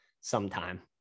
sometime